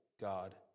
God